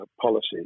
policies